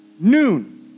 noon